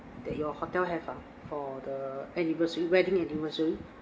that your hotel have ah for the anniversary wedding anniversary